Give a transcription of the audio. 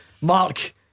Mark